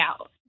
out